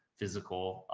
physical,